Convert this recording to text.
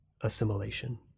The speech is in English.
assimilation